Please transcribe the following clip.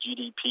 GDP